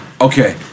Okay